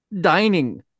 dining